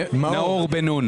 לא ללכת עם אשראי,